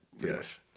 Yes